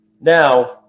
Now